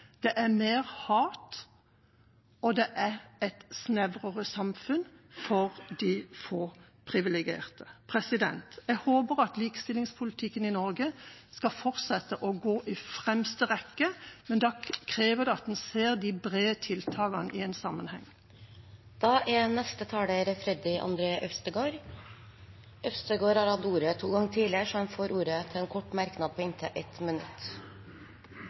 og et snevrere samfunn ? for de få privilegerte. Jeg håper at likestillingspolitikken i Norge skal fortsette å gå i fremste rekke, men det krever at en ser de brede tiltakene i en sammenheng. Representanten Freddy André Øvstegård har hatt ordet to ganger tidligere og får ordet til en kort merknad, begrenset til 1 minutt.